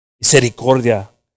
misericordia